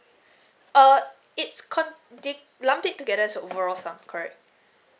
err it's con~ dig lump it together so overall sum correct